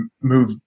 move